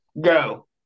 Go